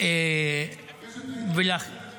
--- אחרי שטעית